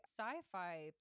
sci-fi